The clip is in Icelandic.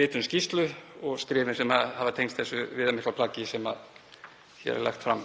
ritun skýrslu og skrifin sem hafa tengst þessu viðamikla plaggi sem hér er lagt fram.